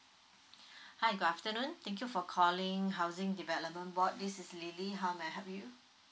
hi good afternoon thank you for calling housing development board this is lily how may I help you